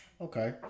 Okay